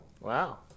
Wow